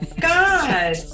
God